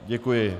Děkuji.